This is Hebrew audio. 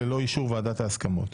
ללא אישור ועדת ההסכמות,